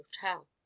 hotel